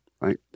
right